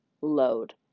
load